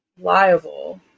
liable